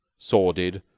sordid,